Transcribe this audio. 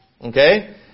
Okay